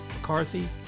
McCarthy